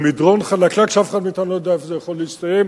זה מדרון חלקלק שאף אחד מאתנו לא יודע איפה זה יכול להסתיים,